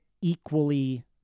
equally